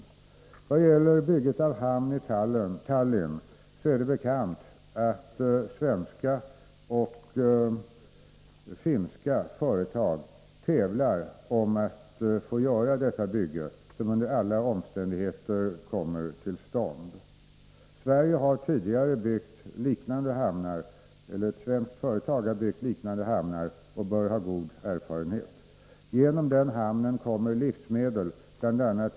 I vad gäller bygget av hamn i Tallinn är det bekant att svenska och finska företag tävlar om att få utföra detta bygge, som under alla omständigheter kommer till stånd. Ett svenskt företag har tidigare byggt liknande hamnar Nr 42 och bör ha god erfarenhet. Genom denna hamn kommer livsmedel, bl.a.